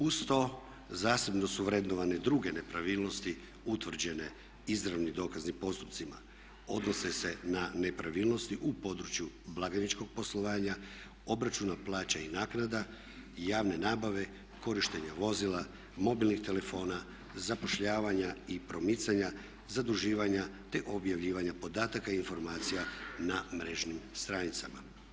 Uz to zasebno su vrednovane druge nepravilnosti utvrđene izravnim dokaznim postupcima, a odnose se na nepravilnosti u području blagajničkog poslovanja, obračuna plaća i naknada, javne nabave, korištenja vozila, mobilnih telefona, zapošljavanja i promicanja, zaduživanja te objavljivanja podataka i informacija na mrežnim stranicama.